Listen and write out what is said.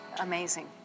Amazing